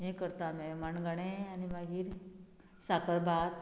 हें करता आमी मणगणें आनी मागीर साकरभात